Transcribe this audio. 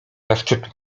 zaszczytu